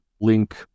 link